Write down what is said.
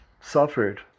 suffered